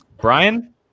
Brian